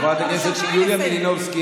חברת הכנסת יוליה מלינובסקי,